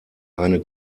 eine